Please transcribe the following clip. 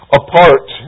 apart